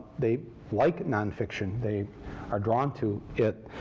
they like nonfiction. they are drawn to it,